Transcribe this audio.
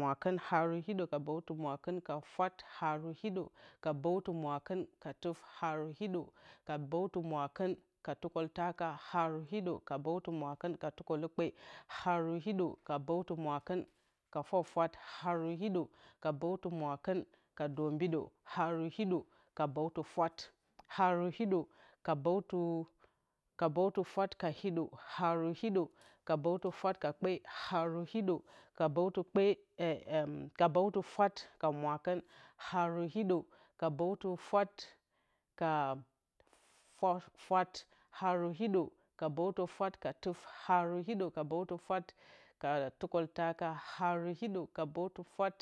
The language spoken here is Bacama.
Mwakɨn haru hiɗǝ ka bǝwtǝ mwakɨn ka fwat haru hiɗǝ ka bǝwtǝ mwakɨn ka tuf haru hiɗǝ ka bǝwtǝ mwakɨn ka tukǝltaka haru hiɗǝ ka bǝwtǝ mwakɨn ka tukǝlukpe haru hiɗǝ ka bǝwtǝ mwakɨn ka fwafwat haru hiɗǝ ka bǝwtǝ mwakɨn ka dombido haru hiɗǝ ka bǝwtǝ fwat haru hiɗǝ ka bǝwtǝ fwat ka hiɗǝ haru hiɗǝ ka bǝwtǝ fwat ka kpe haru hiɗǝ ka bǝwtǝ fwat ka mwakɨn haru hiɗǝ ka bǝwtǝ fwat ka fwat haru hiɗǝ ka bǝwtǝ fwat katuf haru hiɗǝ ka bǝwtǝ fwat ka tukǝltaka haru hiɗǝ ka bǝwtǝ fwat